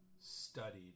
studied